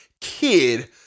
Kid